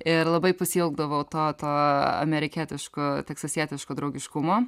ir labai pasiilgdavau to to amerikietiško teksasietiško draugiškumo